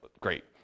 great